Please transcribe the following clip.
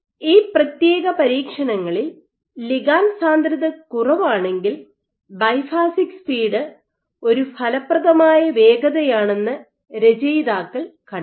ഈ പ്രത്യേക പരീക്ഷണങ്ങളിൽ ലിഗാണ്ട് സാന്ദ്രത കുറവാണെങ്കിൽ ബൈഫാസിക് സ്പീഡ് ഒരു ഫലപ്രദമായ വേഗതയാണെന്ന് രചയിതാക്കൾ കണ്ടെത്തി